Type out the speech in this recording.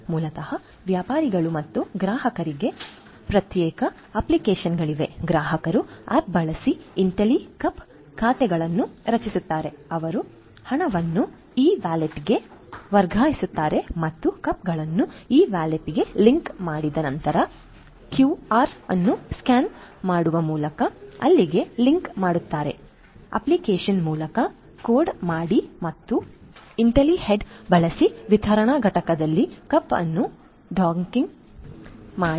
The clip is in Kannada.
ಮೂಲತಃ ವ್ಯಾಪಾರಿಗಳು ಮತ್ತು ಗ್ರಾಹಕರಿಗೆ ಪ್ರತ್ಯೇಕ ಅಪ್ಲಿಕೇಶನ್ಗಳಿವೆ ಗ್ರಾಹಕರು ಆ್ಯಪ್ ಬಳಸಿ ಇಂಟೆಲಿಕಪ್ ಖಾತೆಗಳನ್ನು ರಚಿಸುತ್ತಾರೆ ಅವರು ಹಣವನ್ನು ಇ ವ್ಯಾಲೆಟ್ಗೆ ವರ್ಗಾಯಿಸುತ್ತಾರೆ ಮತ್ತು ಕಪ್ಗಳನ್ನು ಇ ವ್ಯಾಲೆಟ್ಗೆ ಲಿಂಕ್ ಮಾಡಿದ ನಂತರ ಕ್ಯುಆರ್ ಅನ್ನು ಸ್ಕ್ಯಾನ್ ಮಾಡುವ ಮೂಲಕ ಅಲ್ಲಿಗೆ ಲಿಂಕ್ ಮಾಡುತ್ತಾರೆ ಅಪ್ಲಿಕೇಶನ್ ಮೂಲಕ ಕೋಡ್ ಮಾಡಿ ಮತ್ತು ಇಂಟೆಲಿಹೆಡ್ ಬಳಸಿ ವಿತರಣಾ ಘಟಕದಲ್ಲಿ ಕಪ್ ಅನ್ನು ಡಾಕಿಂಗ್ ಮಾಡಿ